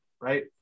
Right